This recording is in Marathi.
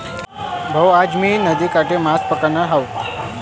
भाऊ, आज आम्ही नदीकाठी मासे पकडणार आहोत